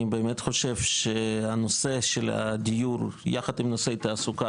אני באמת חושב שהנושא של הדיור יחד עם נושאי תעסוקה